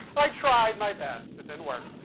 i tried my best. it didn't work.